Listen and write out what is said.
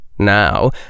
Now